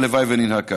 הלוואי שננהג ככה.